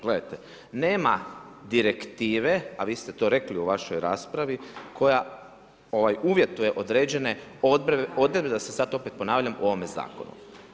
Gledajte, nema direktive, a vi ste to rekli u vašoj raspravi, koja uvjetuje određene odredbe, da se sad opet ponavljam u ovome zakonu.